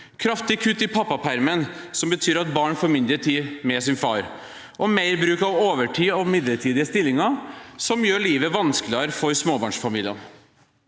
dag 165 men, som betyr at barn får mindre tid med sin far, og mer bruk av overtid og midlertidige stillinger, som gjør livet vanskeligere for småbarnsfamilier.